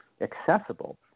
accessible